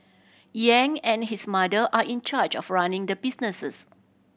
Yang and his mother are in charge of running the businesses